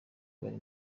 bari